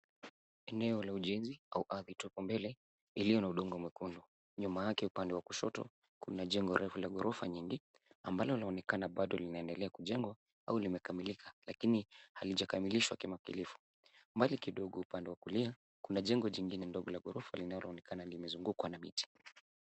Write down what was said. Eneo la ujenzi au ardhi tupu mbele ilio na udongo mwekundu. Nyuma yake upande wa kushoto kuna jengo refu la ghorofa nyingi ambalo linaonekana bado linaendelea kujengwa au limekamilika lakini halijakamilishwa kikamilifu. Mbali kidogo upande wa kulia, kuna jengo jingine ndogo la ghorofa linaloonekana limezungukwa na miti.